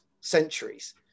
centuries